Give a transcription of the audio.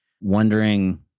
wondering